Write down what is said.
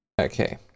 Okay